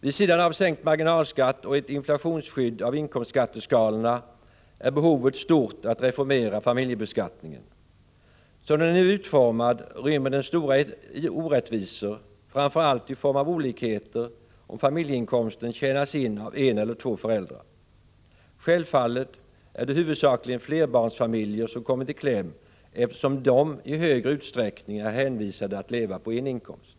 Vid sidan av sänkt marginalskatt och ett inflationsskydd av inkomstskatteskalorna är behovet stort att reformera familjebeskattningen. Som den nu är utformad rymmer den stora orättvisor, framför allt i form av olikheter om familjeinkomsten tjänas in av en eller två föräldrar. Självfallet är det huvudsakligen flerbarnsfamiljer som kommer i kläm eftersom de i högre utsträckning är hänvisade till att leva på en inkomst.